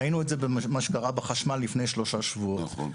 ראינו את זה במה שקרה בחשמל לפני שלושה שבועות.